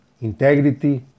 integrity